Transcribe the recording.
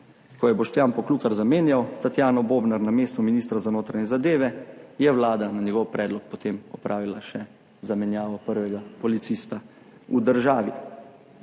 ko je Boštjan Poklukar zamenjal Tatjano Bobnar na mestu ministra za notranje zadeve, je vlada na njegov predlog potem opravila še zamenjavo prvega policista v državi.